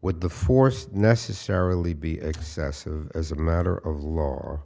with the force necessarily be excessive as a matter of law